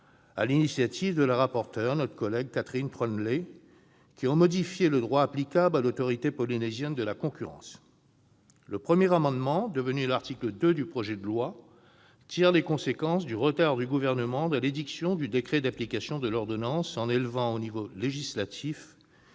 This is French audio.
ont été adoptés en commission des lois, qui ont modifié le droit applicable à l'Autorité polynésienne de la concurrence. Le premier de ces amendements, devenu l'article 2 du projet de loi, tire les conséquences du retard du Gouvernement dans l'édiction du décret d'application de l'ordonnance en élevant au niveau législatif